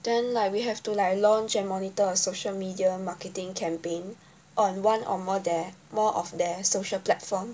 then like we have to like launch and monitor a social media marketing campaign on one or more their more of their social platform